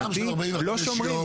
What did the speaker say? לא שומרים.